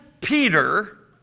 Peter